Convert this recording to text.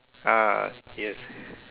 ah yes